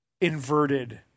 inverted